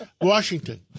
Washington